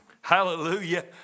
Hallelujah